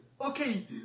Okay